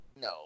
No